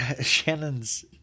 Shannon's